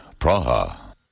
Praha